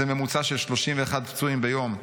זה ממוצע של 31 פצועים ביום,